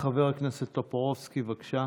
חבר הכנסת טופורובסקי, בבקשה.